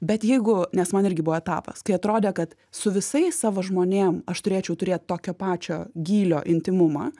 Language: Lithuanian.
bet jeigu nes man irgi buvo etapas kai atrodė kad su visais savo žmonėm aš turėčiau turėt tokio pačio gylio intymumą